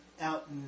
out